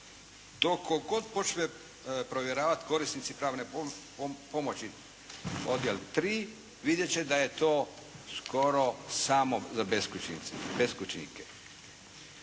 tko god počne provjeravat, korisnici pravne pomoći, odjel 3., vidjet će da je to skoro samo za beskućnike.